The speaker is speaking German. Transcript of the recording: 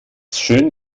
schön